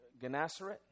Gennesaret